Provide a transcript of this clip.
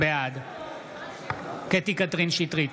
בעד קטי קטרין שטרית,